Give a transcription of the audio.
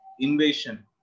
Invasion